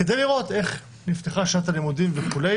כדי לראות איך נפתחה שנת הלימודים וכו'.